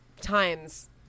times